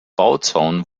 bauzaun